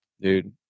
Dude